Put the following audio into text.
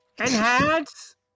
enhance